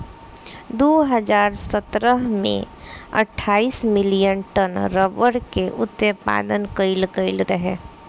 दू हज़ार सतरह में अठाईस मिलियन टन रबड़ के उत्पादन कईल गईल रहे